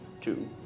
two